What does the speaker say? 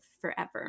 forever